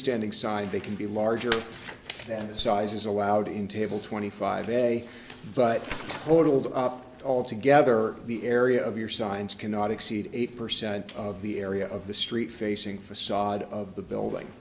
standing side they can be larger than the sizes allowed in table twenty five a but totalled up altogether the area of your signs cannot exceed eight percent of the area of the street facing facade of the building